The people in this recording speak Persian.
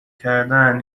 کردن